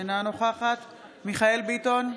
אינה נוכחת מיכאל מרדכי ביטון,